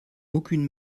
aucune